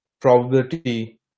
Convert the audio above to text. probability